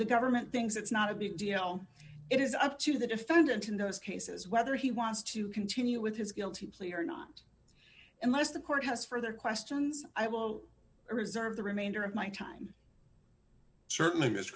the government thinks it's not a big deal it is up to the defendant in those cases whether he wants to continue with his guilty plea or not unless the court has further questions i will reserve the remainder of my time certainly th